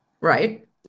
right